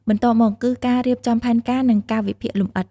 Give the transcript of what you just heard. បន្ទាប់មក គឺការរៀបចំផែនការ និងកាលវិភាគលម្អិត។